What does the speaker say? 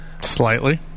Slightly